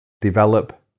develop